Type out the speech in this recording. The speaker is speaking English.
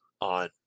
on